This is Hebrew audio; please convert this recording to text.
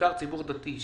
בעיקר ציבור דתי,